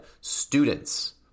students